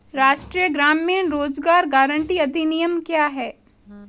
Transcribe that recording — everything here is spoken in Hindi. राष्ट्रीय ग्रामीण रोज़गार गारंटी अधिनियम क्या है?